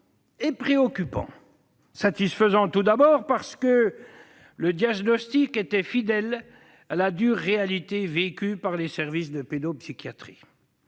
et préoccupant. Satisfaisant, tout d'abord, parce que le diagnostic était fidèle à la dure réalité vécue par les services de pédopsychiatrie.